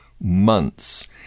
months